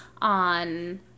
on